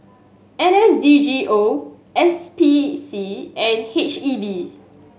N S D G O S P C and H E B